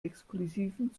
exklusiven